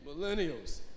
Millennials